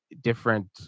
different